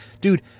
dude